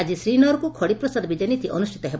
ଆକି ଶ୍ରୀ ନଅରକୁ ଖଡ଼ିପ୍ରସାଦ ବିଜେ ନୀତି ଅନୁଷ୍ଠିତ ହେବ